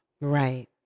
Right